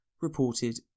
reported